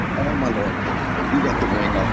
and all my law-enforcement, you got the ring, i.